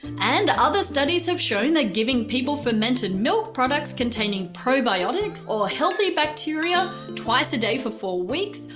and other studies have shown that giving people fermented milk products containing probiotics, or healthy bacteria, twice a day for four weeks,